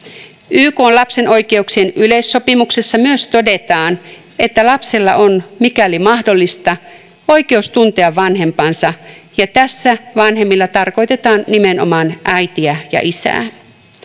ykn lapsen oikeuksien yleissopimuksessa todetaan että lapsella on mikäli mahdollista oikeus tuntea vanhempansa ja tässä vanhemmilla tarkoitetaan nimenomaan äitiä ja isää